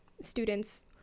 students